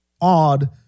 odd